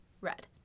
red